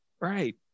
Right